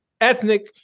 Ethnic